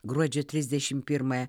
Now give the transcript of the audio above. gruodžio trisdešim pirmąją